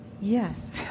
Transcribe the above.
Yes